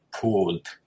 pulled